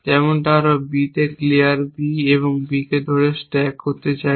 যেমনটা আমরা B এ ক্লিয়ার B এবং B কে ধরে স্ট্যাক করতে চাই